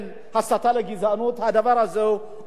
הדבר הזה הוא לא כל כך ברור,